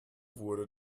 wurde